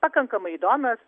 pakankamai įdomios